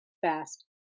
fast